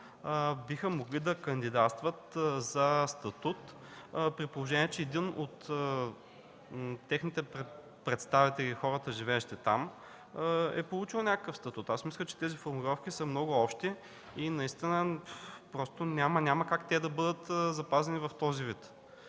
биха могли да кандидатстват за статут, при положение че един от техните представители – хората, живеещи там, е получил някакъв статут. Аз мисля, че тези формулировки са много общи и просто няма как да бъдат запазени в този вид.